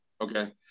Okay